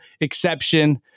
exception